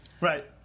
Right